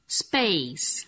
space